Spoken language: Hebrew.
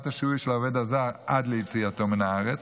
השיהוי של העובד הזר עד ליציאתו מן הארץ,